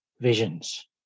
visions